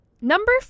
number